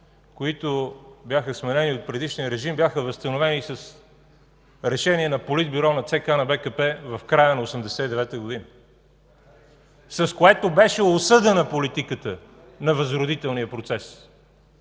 които бяха сменени от предишния режим, бяха възстановени с решение на Политбюро на ЦК на БКП в края на 1989 година, с което беше осъдена политиката на възродителния процес.